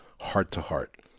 heart-to-heart